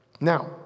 Now